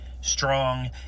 strong